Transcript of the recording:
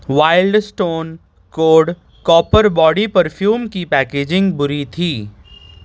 wild stone code copper body perfume کی packaging بری تھی